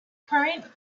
current